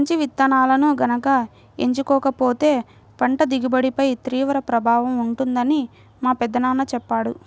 మంచి విత్తనాలను గనక ఎంచుకోకపోతే పంట దిగుబడిపై తీవ్ర ప్రభావం ఉంటుందని మా పెదనాన్న చెప్పాడు